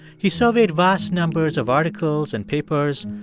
he surveyed vast numbers of articles and papers,